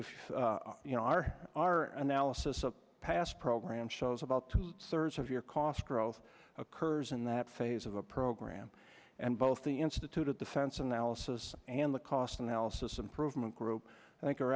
if you know our our analysis of past programs shows about two thirds of your cost growth occurs in that phase of the program and both the institute of defense analysis and the cost analysis improvement group i think